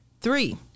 Three